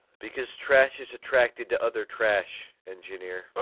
because trash is attracted to other trash, engineer. oh